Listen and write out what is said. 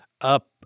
up